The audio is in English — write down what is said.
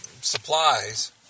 supplies